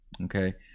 okay